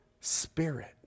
spirit